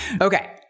Okay